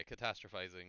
catastrophizing